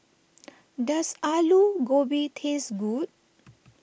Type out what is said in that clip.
does Aloo Gobi taste good